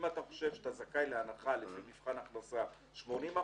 אם אתה חושב שאתה זכאי להנחה לפי מבחן הכנסה 80%,